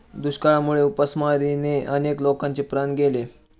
दुष्काळामुळे उपासमारीने अनेक लोकांचे प्राण गेले